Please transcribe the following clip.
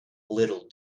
little